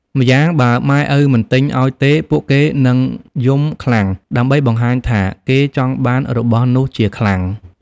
ម្យ៉ាងបើម៉ែឪមិនទិញឲ្យទេពួកគេនឹងរយំខ្លាំង ដើម្បីបង្ហាញថាគេចង់បានរបស់នោះជាខ្លាំង។